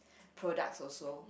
products also